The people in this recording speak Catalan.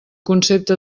concepte